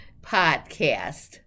Podcast